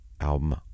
album